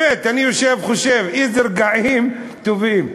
באמת, אני יושב, חושב, איזה רגעים טובים.